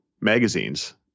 magazines